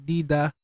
Dida